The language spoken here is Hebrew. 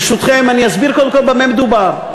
ברשותכם, אני אסביר, קודם כול במה מדובר.